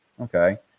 okay